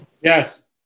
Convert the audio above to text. yes